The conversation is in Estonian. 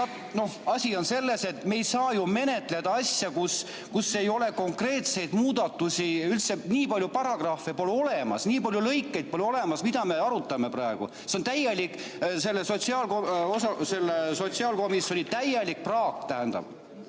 Asi on selles, et me ei saa ju menetleda asja, kus ei ole konkreetseid muudatusi, nii palju paragrahve pole üldse olemas, nii palju lõikeid pole olemas. Mida me arutame praegu? See on sotsiaalkomisjoni täielik praak. Ma